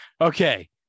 Okay